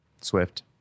Swift